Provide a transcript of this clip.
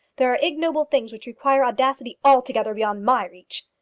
there are ignoble things which require audacity altogether beyond my reach.